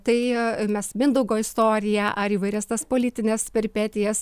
tai mes mindaugo istoriją ar įvairias tas politines peripetijas